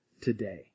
today